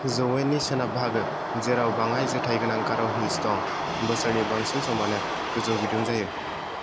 जौयेननि सोनाब बाहागो जेराव बाङाइ जोथाइ गोनां गार' हिल्स दं बोसोरनि बांसिन समयानो गोजौ बिदुं जायो